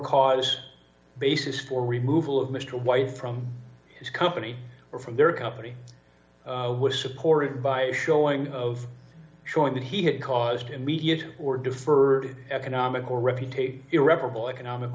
cause basis for removal of mr white from his company or from their company was supported by showing of showing that he had caused immediate or deferred economic or reputation irreparable economic